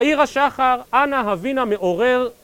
אעירה שחר, אנא הוינא מעורר